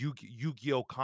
Yu-Gi-Oh